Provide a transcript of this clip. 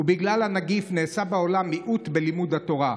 ובגלל הנגיף נעשה בעולם מיעוט בלימוד התורה.